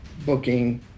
booking